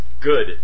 good